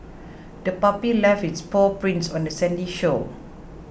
the puppy left its paw prints on the sandy shore